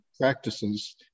practices